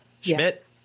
Schmidt